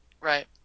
right